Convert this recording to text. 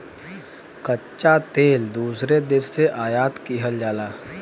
कच्चा तेल दूसरे देश से आयात किहल जाला